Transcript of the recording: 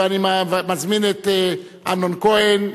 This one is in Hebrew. ואני מזמין את אמנון כהן,